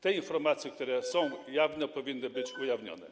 Te informacje, które są jawne, powinny być ujawnione.